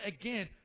again